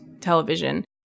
television